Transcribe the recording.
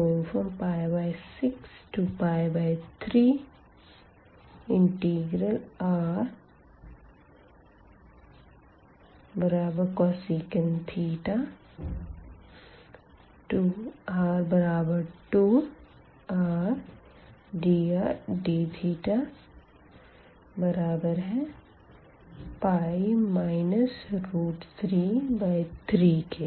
π6π3rcosec θr2r dr dθπ 33 तो